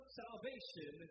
salvation